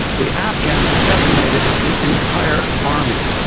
the afghans decimated the entire army.